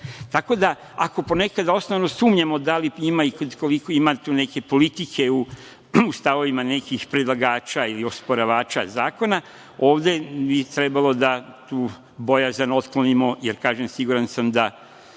tako da, ako ponekad osnovano sumnjamo da li ima i koliko ima tu neke politike u stavovima nekih predlagača ili osporavača zakona, ovde bi trebalo da tu bojazan otklonimo, jer, kažem, siguran sam da